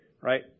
right